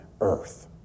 earth